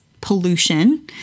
pollution